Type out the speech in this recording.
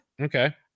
Okay